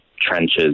trenches